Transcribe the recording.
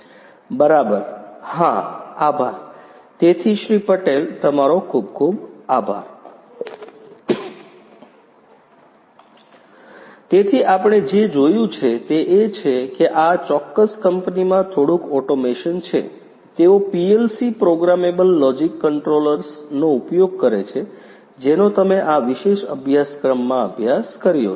બરાબર હા આભાર તેથી શ્રી પટેલ તમારો ખૂબ આભાર તેથી આપણે જે જોયું છે તે એ છે કે આ ચોક્કસ કંપનીમાં થોડૂક ઓટોમેશન છે તેઓ પીએલસી પ્રોગ્રામેબલ લોજિક કંટ્રોલર્સ નો ઉપયોગ કરે છે જેનો તમે આ વિશેષ અભ્યાસક્રમમાં અભ્યાસ કર્યો છે